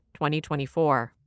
2024